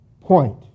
point